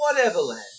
whateverland